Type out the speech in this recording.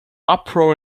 uproar